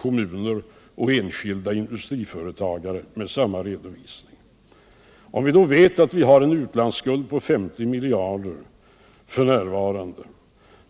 kommuner och enskilda industriföretagare, allt